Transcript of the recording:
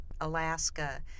Alaska